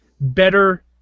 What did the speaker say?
Better